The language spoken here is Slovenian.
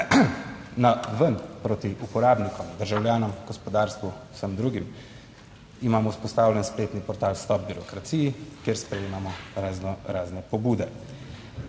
Na ven proti uporabnikom, državljanom, gospodarstvu, vsem drugim imamo vzpostavljen spletni portal Stop birokraciji, kjer sprejemamo raznorazne pobude.